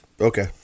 Okay